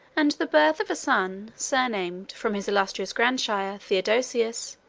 and the birth of a son, surnamed, from his illustrious grandsire, theodosius,